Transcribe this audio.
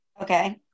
Okay